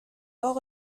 اقا